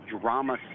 drama